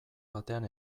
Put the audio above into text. batean